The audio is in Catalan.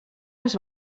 els